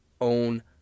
own